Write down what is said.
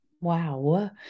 Wow